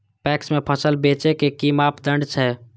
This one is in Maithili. पैक्स में फसल बेचे के कि मापदंड छै?